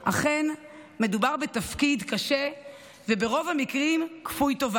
אכן, מדובר בתפקיד קשה וברוב המקרים כפוי טובה.